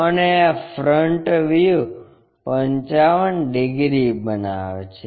અને આ front view 55 degree બનાવે છે